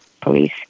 police